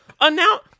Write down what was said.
announce